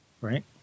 right